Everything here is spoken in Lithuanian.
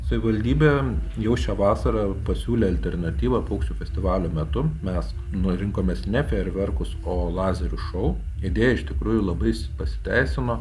savivaldybė jau šią vasarą pasiūlė alternatyvą paukščių festivalio metu mes nu rinkomės ne fejerverkus o lazerių šou idėja iš tikrųjų labai s pasiteisino